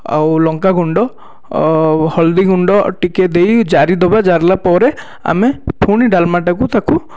ଆଉ ଲଙ୍କା ଗୁଣ୍ଡ ହଳଦି ଗୁଣ୍ଡ ଟିକେ ଦେଇ ଜାରିଦବା ଜାରିଲା ପରେ ଆମେ ଫୁଣି ଡାଲମା ଟାକୁ ତାକୁ